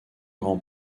grand